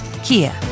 Kia